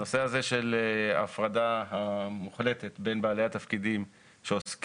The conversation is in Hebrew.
הנושא הזה של הפרדה המוחלטת בין בעלי התפקידים שעוסקים